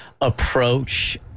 approach